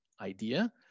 idea